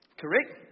Correct